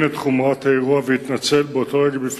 1. מדוע לא הוחלו הוראות חוק זה גם באזור יהודה ושומרון?